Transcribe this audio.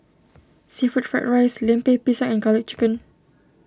Seafood Fried Rice Lemper Pisang and Garlic Chicken